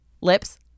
Lips